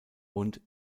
und